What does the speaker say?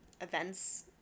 events